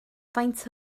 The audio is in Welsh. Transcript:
faint